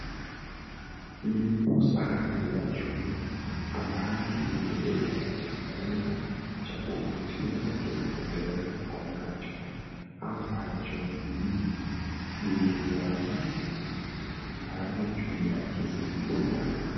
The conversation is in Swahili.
Lipo sahani la chuma ambalo limebeba chakula cha kuvutia na kinapendeza macho, ambacho ni biriani ambayo juu yake zipo nyama.